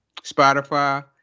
Spotify